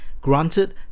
Granted